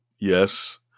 Yes